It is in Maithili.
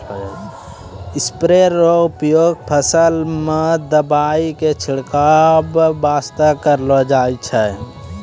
स्प्रेयर के उपयोग फसल मॅ दवाई के छिड़काब वास्तॅ करलो जाय छै